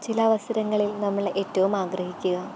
ചില അവസരങ്ങളിൽ നമ്മൾ ഏറ്റവും ആഗ്രഹിക്കുക